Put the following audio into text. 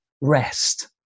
rest